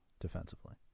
defensively